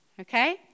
Okay